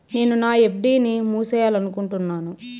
నేను నా ఎఫ్.డి ని మూసేయాలనుకుంటున్నాను